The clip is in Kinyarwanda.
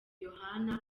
yohana